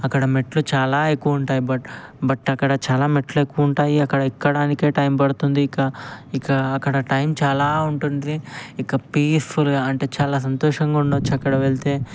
అక్కడ మెట్లు చాలా ఎక్కువ ఉంటాయి బట్ బట్ అక్కడ అక్కడ చాలా మెట్లు చాలా ఎక్కువ ఉంటాయి అక్కడ ఎక్కడానికే టైమ్ పడుతుంది ఇక ఇక అక్కడ టైమ్ చాలా ఉంటుంది ఇక పీస్ఫుల్గా అంటే చాలా సంతోషంగా ఉండవచ్చు అక్కడ వెళ్తే